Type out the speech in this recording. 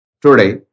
Today